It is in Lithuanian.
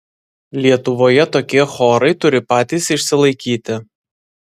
lietuvoje tokie chorai turi patys išsilaikyti